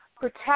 protect